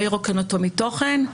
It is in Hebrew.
לא ירוקן אותו מתוכן.